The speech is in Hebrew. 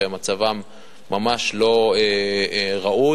ומצבן ממש לא ראוי.